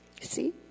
see